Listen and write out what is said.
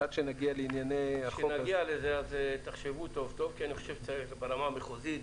כשנגיע לזה אז תחשבו טוב טוב כי אני חושב שברמה המחוזית,